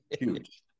huge